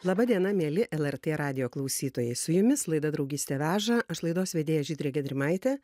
laba diena mieli lrt radijo klausytojai su jumis laida draugystė veža aš laidos vedėja žydrė gedrimaitė